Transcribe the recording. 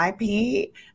IP